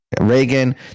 Reagan